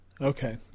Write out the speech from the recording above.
Okay